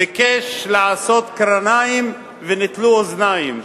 ביקש לעשות קרניים וניטלו אוזניים.